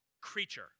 creature